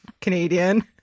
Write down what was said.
Canadian